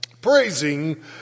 praising